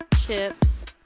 Chips